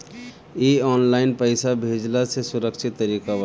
इ ऑनलाइन पईसा भेजला से सुरक्षित तरीका बाटे